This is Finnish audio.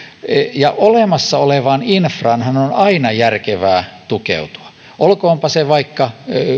olemassa olevaan infraanhan on aina järkevää tukeutua olkoonpa se vaikka